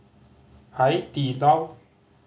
Hai Di Lao